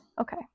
Okay